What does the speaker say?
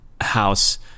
house